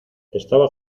estaba